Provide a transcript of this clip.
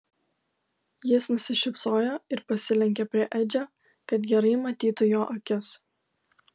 jis nusišypsojo ir pasilenkė prie edžio kad gerai matytų jo akis